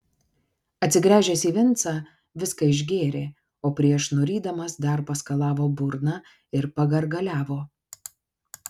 atsigręžęs į vincą viską išgėrė o prieš nurydamas dar paskalavo burną ir pagargaliavo